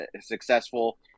successful